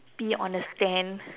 be on the stand